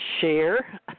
share